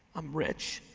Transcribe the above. i'm rich.